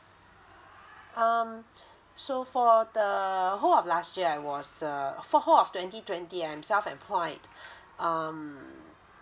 um so for the whole of last year I was uh for whole of twenty twenty I'm self employed um